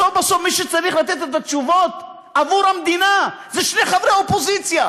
בסוף בסוף מי שצריך לתת את התשובות עבור המדינה זה שני חברי אופוזיציה